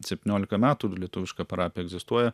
septyniolika metų lietuviška parapija egzistuoja